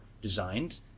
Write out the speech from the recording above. designed